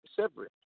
separate